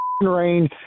rain